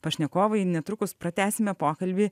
pašnekovai netrukus pratęsime pokalbį